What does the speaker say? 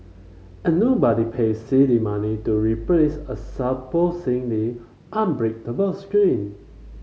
and nobody paid silly money to replace a unbreakable screen